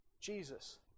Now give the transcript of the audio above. Jesus